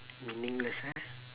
meaningless ah